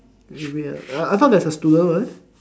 eh wait ah uh I thought there's a student one